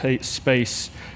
space